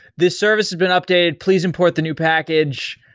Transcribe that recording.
this service has been updated. please import the new package.